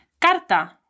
carta